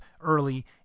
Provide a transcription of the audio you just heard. early